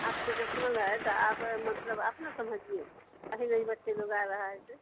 आप पिरिसमल है तो आप मतलब आप न समझिए काहे नहीं बच्चे लोग आ रहा है ऐसे